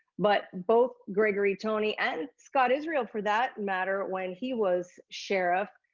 but, both gregory tony and scott israel, for that matter, when he was sheriff,